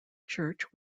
church